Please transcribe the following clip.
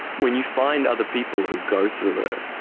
when you find other people who go through it,